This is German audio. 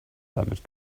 damit